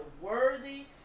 worthy